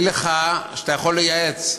מנין לך שאתה יכול לייעץ?